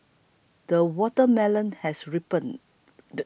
the watermelon has ripened